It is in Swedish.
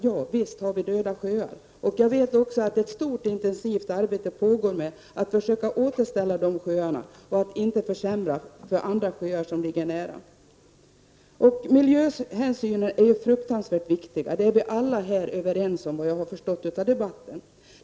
Ja, visst finns det döda sjöar, och jag vet också att ett intensivt arbete pågår med att försöka återställa dessa sjöar och att inte försämra andra sjöar som ligger nära. Miljöhänsynen är fruktansvärt viktiga. Det är vi alla här överens om, efter vad jag har förstått av debatten.